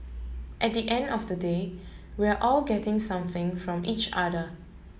at the end of the day we're all getting something from each other